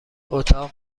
اتاق